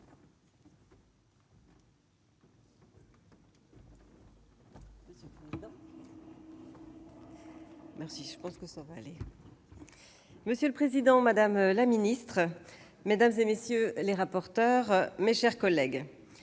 Monsieur le président, monsieur le ministre, madame, messieurs les rapporteurs, mes chers collègues,